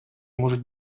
можуть